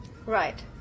Right